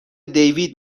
دیوید